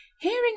Hearing